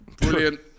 Brilliant